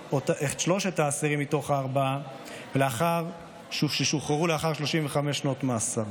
וחנן את שלושת האסירים מתוך הארבעה לשחרור לאחר 35 שנות מאסר.